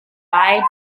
wide